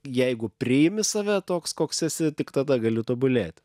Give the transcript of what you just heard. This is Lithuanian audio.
jeigu priimi save toks koks esi tik tada gali tobulėt